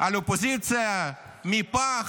על האופוזיציה, מי פח,